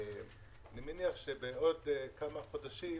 אני מניח שבעוד כמה חודשים,